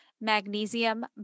magnesium